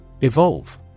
Evolve